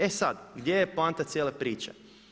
E sada, gdje je poanta cijele priče?